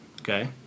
okay